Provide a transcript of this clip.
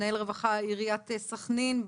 מנהל הרווחה בעיריית סח'נין.